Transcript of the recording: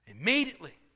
Immediately